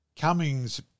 Cummings